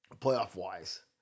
playoff-wise